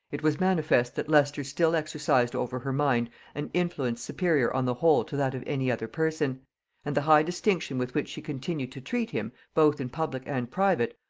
it was manifest that leicester still exercised over her mind an influence superior on the whole to that of any other person and the high distinction with which she continued to treat him, both in public and private,